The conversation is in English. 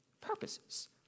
purposes